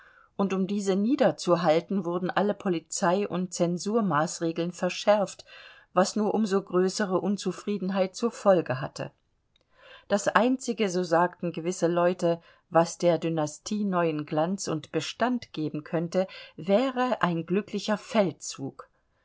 und um diese niederzuhalten wurden alle polizei und censurmaßregeln verschärft was nur um so größere unzufriedenheit zur folge hatte das einzige so sagten gewisse leute was der dynastie neuen glanz und bestand geben könnte wäre ein glücklicher feldzug